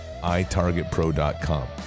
itargetpro.com